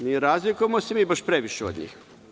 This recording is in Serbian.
Ne razlikujemo se baš previše od njih.